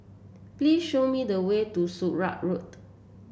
please show me the way to Sakra Road